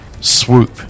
swoop